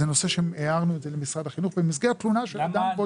זה נושא שהערנו למשרד החינוך במסגרת תלונה של אדם בודד.